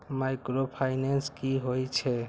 Micro finance कि होई छै?